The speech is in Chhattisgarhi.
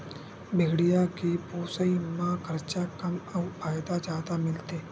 भेड़िया के पोसई म खरचा कम अउ फायदा जादा मिलथे